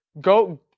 Go